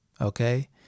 okay